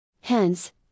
Hence